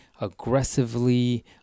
aggressively